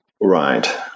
Right